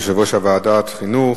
יושב-ראש ועדת החינוך.